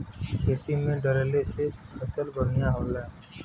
खेती में डलले से फसल बढ़िया होला